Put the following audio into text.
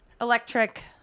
electric